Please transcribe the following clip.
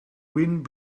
wind